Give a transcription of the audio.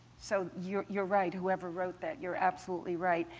so you're you're right, whoever wrote that, you're absolutely right.